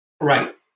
Right